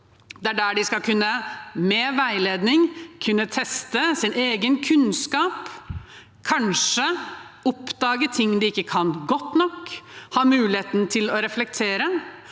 Det er der de – med veiledning – skal kunne teste sin egen kunnskap, kanskje oppdage ting de ikke kan godt nok, og ha muligheten til å reflektere.